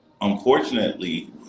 Unfortunately